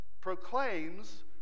proclaims